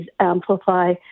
amplify